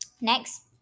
next